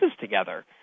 together